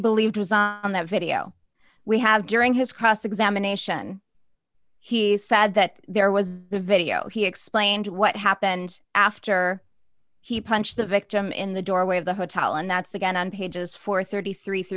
believed was on that video we have during his cross examination he said that there was the video he explained what happened after he punched the victim in the doorway of the hotel and that's again on pages th thirty